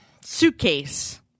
suitcase